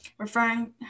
referring